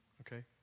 Okay